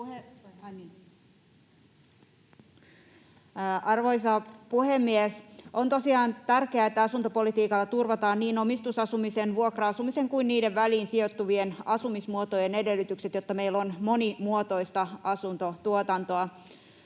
Arvoisa puhemies! On tosiaan tärkeää, että asuntopolitiikalla turvataan niin omistusasumisen, vuokra-asumisen kuin niiden väliin sijoittuvien asumismuotojen edellytykset, jotta meillä on monimuotoista asuntotuotantoa.